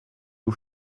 eau